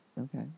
Okay